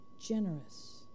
generous